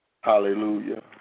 Hallelujah